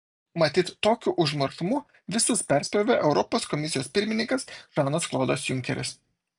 matyt tokiu užmaršumu visus perspjovė europos komisijos pirmininkas žanas klodas junkeris